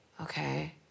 okay